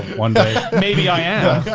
one day. maybe ah yeah